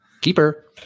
Keeper